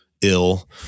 ill